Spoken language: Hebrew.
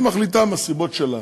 היא מחליטה, מהסיבות שלה,